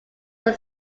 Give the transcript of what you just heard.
are